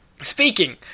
Speaking